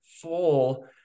full